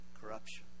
corruption